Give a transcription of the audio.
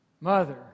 mother